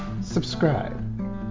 subscribe